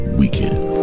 weekend